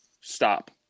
stop